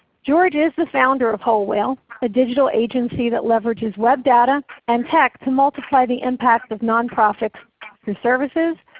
george is the founder of whole whale the digital agency that leverages web data and tech to multiply the impact of nonprofits through services,